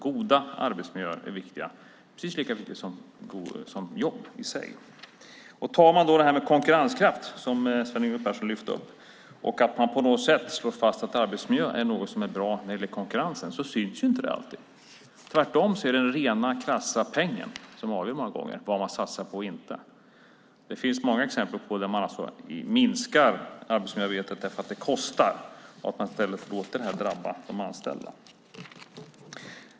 Goda arbetsmiljöer är precis lika viktiga som jobb i sig. Sven Yngve Persson lyfte upp detta med konkurrenskraft och slog på något sätt fast att arbetsmiljö är något som är bra för konkurrensen, men det syns inte alltid. Det är tvärtom den rena krassa pengen som många gånger avgör vad man satsar på och inte satsar på. Det finns många exempel på att man minskar arbetsmiljöarbetet därför att det kostar och i stället låter detta drabba de anställda.